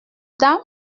dame